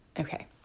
Okay